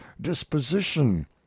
disposition